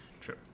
True